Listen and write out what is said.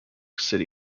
city